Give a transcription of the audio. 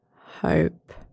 hope